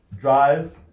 drive